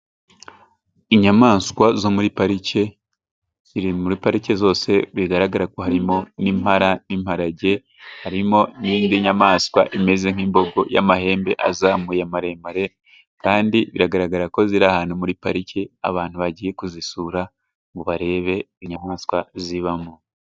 Inyamaswa zo muri parike, ziri muri parike zose. Bigaragara ko harimo n'impara n'imparage, harimo n'indi nyamaswa imeze nk'imbogo y'amahembe azamuye maremare, kandi biragaragara ko ziri ahantu muri pariki. Abantu bagiye kuzisura ngo barebe inyamaswa zibamo.